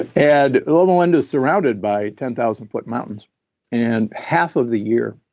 ah and loma linda is surrounded by ten thousand foot mountains and half of the year,